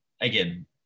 again